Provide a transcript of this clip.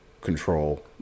control